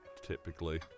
typically